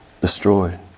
destroyed